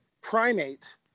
primate